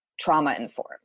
trauma-informed